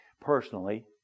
personally